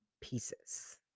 pieces